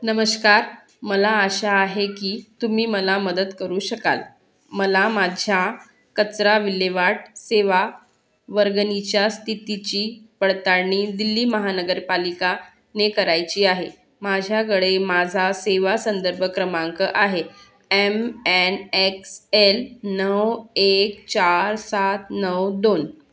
नमस्कार मला आशा आहे की तुम्ही मला मदत करू शकाल मला माझ्या कचरा विल्हेवाट सेवा वर्गणीच्या स्थितीची पडताळणी दिल्ली महानगरपालिकाने करायची आहे माझ्याकडे माझा सेवा संदर्भ क्रमांक आहे एम एन एक्स एल नऊ एक चार सात नऊ दोन